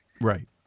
Right